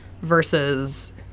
versus